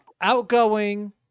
outgoing